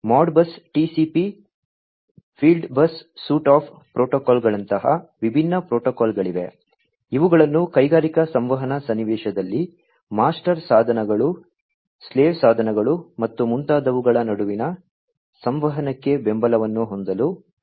Modbus TCP fieldbus suite of ಪ್ರೋಟೋಕಾಲ್ಗಳಂತಹ ವಿಭಿನ್ನ ಪ್ರೋಟೋಕಾಲ್ಗಳಿವೆ ಇವುಗಳನ್ನು ಕೈಗಾರಿಕಾ ಸಂವಹನ ಸನ್ನಿವೇಶದಲ್ಲಿ ಮಾಸ್ಟರ್ ಸಾಧನಗಳು ಸ್ಲೇವ್ ಸಾಧನಗಳು ಮತ್ತು ಮುಂತಾದವುಗಳ ನಡುವಿನ ಸಂವಹನಕ್ಕೆ ಬೆಂಬಲವನ್ನು ಹೊಂದಲು ಪ್ರಸ್ತಾಪಿಸಲಾಗಿದೆ